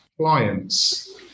clients